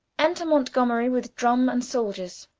enter mountgomerie, with drumme and souldiers.